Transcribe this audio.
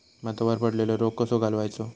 भातावर पडलेलो रोग कसो घालवायचो?